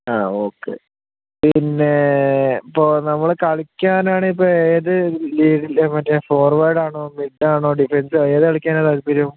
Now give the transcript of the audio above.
ആ ഓക്കെ പിന്നേ ഇപ്പോൾ നമ്മൾ കളിക്കുവാനാണെങ്കിൽ ഇപ്പോൾ ഏത് മറ്റെ ഫോർവേഡ് ആണോ മിഡ് ആണോ ഡിഫൻസോ ഏത് കളിക്കാനാണ് താൽപര്യം